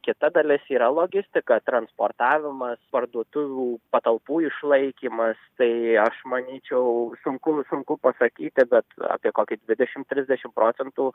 kita dalis yra logistika transportavimas parduotuvių patalpų išlaikymas tai aš manyčiau sunku sunku pasakyti bet apie kokį dvidešimt trisdešimt procentų